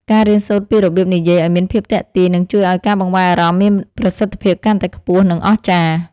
ការរៀនសូត្រពីរបៀបនិយាយឱ្យមានភាពទាក់ទាញនឹងជួយឱ្យការបង្វែរអារម្មណ៍មានប្រសិទ្ធភាពកាន់តែខ្ពស់ និង អស្ចារ្យ។